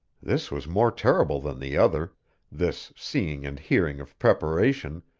this was more terrible than the other this seeing and hearing of preparation,